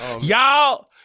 Y'all